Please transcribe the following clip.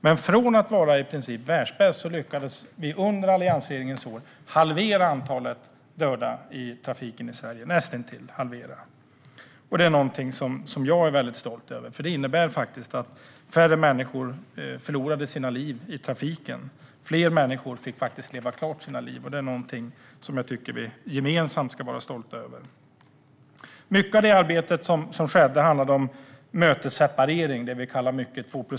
Men från att vara i princip världsbäst lyckades vi under alliansregeringens år näst intill halvera antalet döda i trafiken i Sverige. Det är jag väldigt stolt över. Det innebär nämligen att färre människor förlorade sitt liv i trafiken; fler människor fick leva klart sitt liv. Det tycker jag att vi gemensamt ska vara stolta över. Mycket av det arbete som skedde handlade om mötesseparering, det som ofta kallas två-plus-ett-vägar.